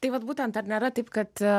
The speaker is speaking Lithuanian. tai vat būtent ar nėra taip kad